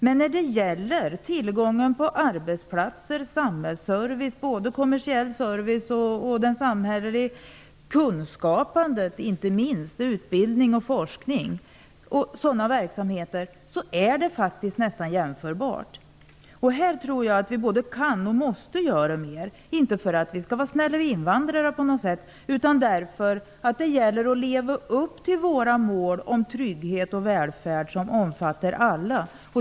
Men när det gäller tillgången på arbetsplatser, samhällsservice, både kommersiell service och den samhälleliga, och inte minst kunskaper, utbildning och forskning och liknande verksamheter är det faktiskt nästan jämförbart. Här tror jag att vi både kan och måste göra mer. Det skall vi inte göra för att på något sätt vara snälla mot invandrare, utan därför att det gäller att leva upp till våra mål att trygghet och välfärd skall omfatta alla.